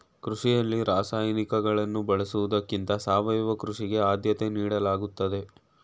ಕೃಷಿಯಲ್ಲಿ ರಾಸಾಯನಿಕಗಳನ್ನು ಬಳಸುವುದಕ್ಕಿಂತ ಸಾವಯವ ಕೃಷಿಗೆ ಆದ್ಯತೆ ನೀಡಲಾಗುತ್ತದೆ